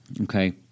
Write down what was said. okay